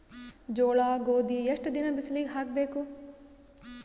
ಜೋಳ ಗೋಧಿ ಎಷ್ಟ ದಿನ ಬಿಸಿಲಿಗೆ ಹಾಕ್ಬೇಕು?